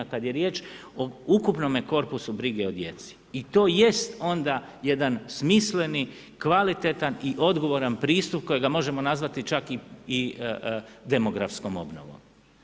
Kad je riječ o ukupnome korpusu brige o djeci i to jest onda jedan smisleni, kvalitetan i odgovoran pristup kojega možemo nazvati čak i demografskom obnovom.